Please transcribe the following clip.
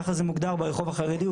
ככה זה מוגדר ברחוב החרדי.